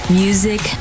music